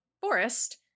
forest